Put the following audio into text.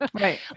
Right